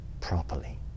properly